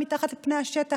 מתחת לפני השטח.